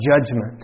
judgment